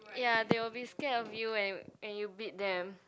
ya they will be scared of you when when you beat them